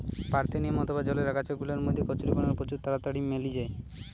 parthenium অথবা জলের আগাছা গুলার মধ্যে কচুরিপানা প্রচুর তাড়াতাড়ি মেলি যায়